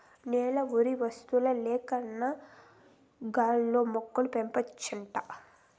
నేల బవిసత్తుల లేకన్నా గాల్లో మొక్కలు పెంచవచ్చంట